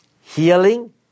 healing